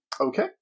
Okay